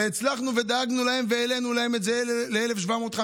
הצלחנו ודאגנו להם והעלינו להם את זה ל-1,750,